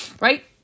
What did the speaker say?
right